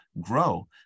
grow